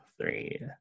three